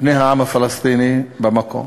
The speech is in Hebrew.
לבני העם הפלסטיני במקום.